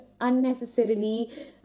unnecessarily